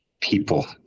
people